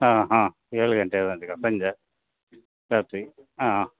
ಹಾಂ ಹಾಂ ಏಳು ಗಂಟೆಯ ತನಕ ಸಂಜೆ ರಾತ್ರಿ ಹಾಂ ಹಾಂ